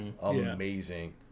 amazing